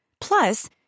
Plus